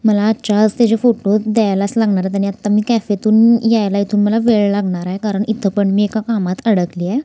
मला आजच्या आज त्याचे फोटो द्यायलाच लागणार आहेत आणि आत्ता मी कॅफेतून यायला इथून मला वेळ लागणार आहे कारण इथं पण मी एका कामात अडकली आहे